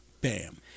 bam